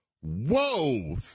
Whoa